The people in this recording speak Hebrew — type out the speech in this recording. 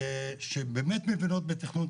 שבאמת מבינות בתכנון,